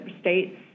states